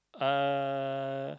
uh